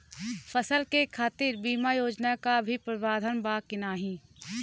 फसल के खातीर बिमा योजना क भी प्रवाधान बा की नाही?